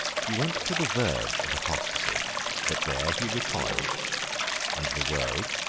he went to the verge of apostasy but there he recoiled and the world,